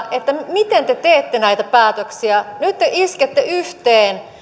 miten te teette näitä päätöksiä nyt te iskette yhteen